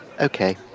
Okay